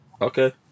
Okay